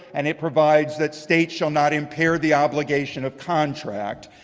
and it provides that states shall not impair the obligation of contract.